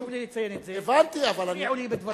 חשוב לי, חשוב לי לציין את זה, הפריעו לי בדברי.